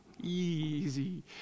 easy